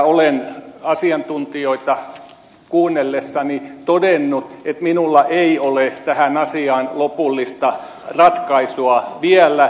olen asiantuntijoita kuunnellessani todennut että minulla ei ole tähän asiaan lopullista ratkaisua vielä